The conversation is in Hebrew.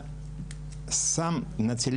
להלן התרגום